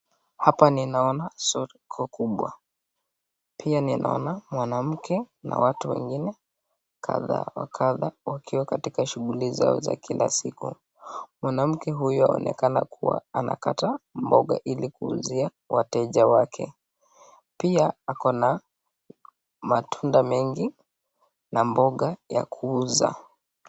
Hapa ninaona soko kubwa, pia ninaona mwanamke na watu wengine kadha wa kadha wakiwa katika shughuli zao za kila siku. Mwanamke huyo anaonekana kuwa anakata mboga ili kuuzia wateja wake. Pia ako na matunda mengi na mboga ya kuuza.